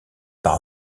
par